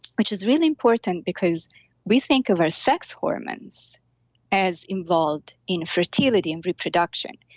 which is really important because we think of our sex hormones as involved in fertility and reproduction.